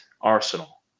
Arsenal